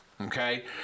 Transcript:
Okay